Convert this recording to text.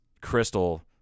crystal